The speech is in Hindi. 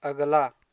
अगला